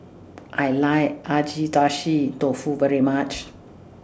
I like Agedashi Dofu very much